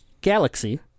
galaxy